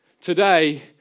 today